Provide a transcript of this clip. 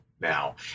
now